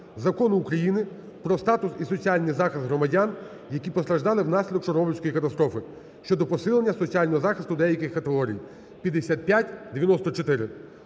Закону України "Про статус і соціальний захист громадян, які постраждали внаслідок Чорнобильської катастрофи" (щодо посилення соціального захисту деяких категорій) (5594).